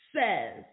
says